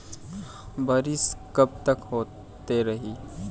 बरिस कबतक होते रही?